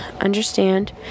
understand